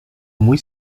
muy